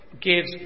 gives